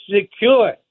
secure